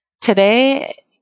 Today